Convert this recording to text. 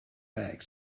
back